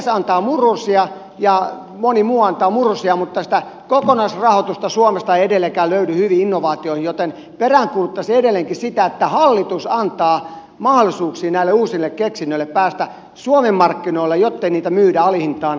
tekes antaa murusia ja moni muu antaa murusia mutta sitä kokonaisrahoitusta suomesta ei edelleenkään löydy hyviin innovaatioihin joten peräänkuuluttaisin edelleenkin sitä että hallitus antaa mahdollisuuksia näille uusille keksinnöille päästä suomen markkinoille jottei niitä myydä alihintaan ulkomaalaisille